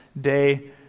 day